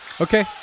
Okay